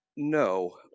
no